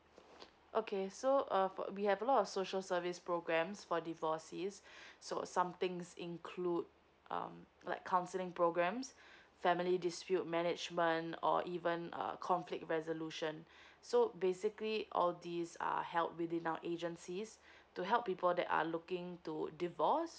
okay so uh for we have a lot of social service programs for divorces so something's include um like counselling programmes family dispute management or even uh conflict resolution so basically all these are help within our agencies to help people that are looking to divorce